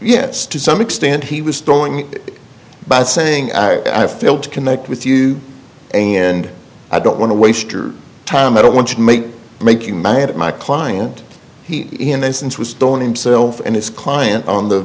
yes to some extent he was throwing by saying i failed to connect with you and i don't want to waste your time i don't want to make make you mad at my client he in essence was thrown himself and his client on the